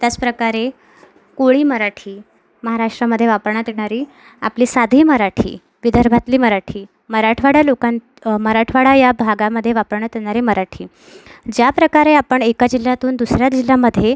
त्याचप्रकारे कोळी मराठी महाराष्ट्रामध्ये वापरण्यात येणारी आपली साधी मराठी विदर्भातली मराठी मराठवाडा लोकां मराठवाडा या भागामध्ये वापरण्यात येणारी मराठी ज्याप्रकारे आपण एका जिल्ह्यातून दुसऱ्या जिल्ह्यामध्ये